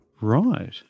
Right